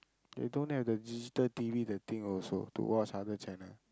they don't have the digital T_V the thing also to watch other channel